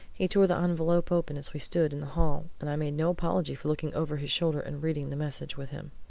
he tore the envelope open as we stood in the hall, and i made no apology for looking over his shoulder and reading the message with him.